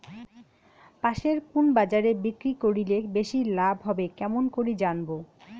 পাশের কুন বাজারে বিক্রি করিলে বেশি লাভ হবে কেমন করি জানবো?